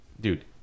Dude